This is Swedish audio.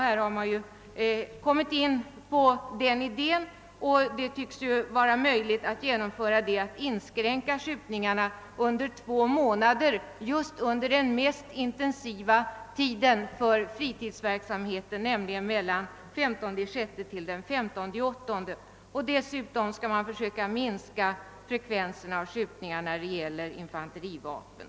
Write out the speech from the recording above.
Det tycks vara möjligt att inskränka skjutningarna under två månader just under den tid då fritidsverksamheten är som mest intensiv, nämligen från den 15 juni till den 15 augusti. Dessutom skall man försöka minska frekvensen av skjutningarna med infanterivapen.